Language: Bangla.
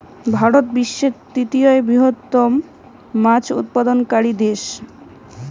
ভারত বিশ্বের তৃতীয় বৃহত্তম মাছ উৎপাদনকারী দেশ